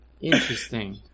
Interesting